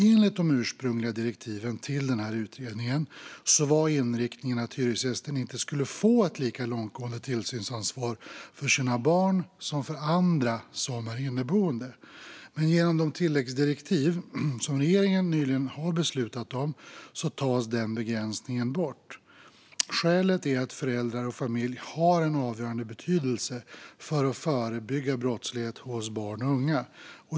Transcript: Enligt de ursprungliga direktiven till utredningen var inriktningen att hyresgästen inte skulle få ett lika långtgående tillsynsansvar för sina barn som för andra som är inneboende. Men genom de tilläggsdirektiv som regeringen nyligen har beslutat om tas denna begränsning bort. Skälet är att föräldrar och familj har en avgörande betydelse för att förebygga brottslighet hos barn och unga.